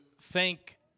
thank